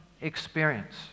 experience